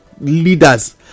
leaders